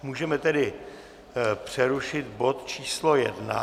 Můžeme tedy přerušit bod číslo 1.